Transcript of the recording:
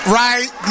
right